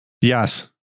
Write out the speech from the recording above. yes